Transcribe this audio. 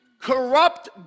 corrupt